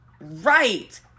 Right